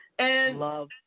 Love